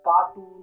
cartoon